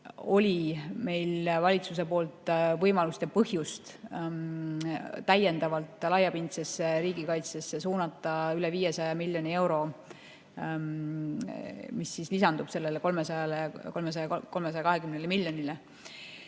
oli meil valitsuse poolt võimalik ja põhjus täiendavalt laiapindsesse riigikaitsesse suunata üle 500 miljoni euro, mis lisandub sellele 320 miljonile. Need